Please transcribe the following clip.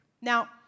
Now